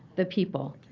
the people.